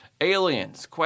Aliens